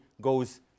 goes